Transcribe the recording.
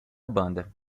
banda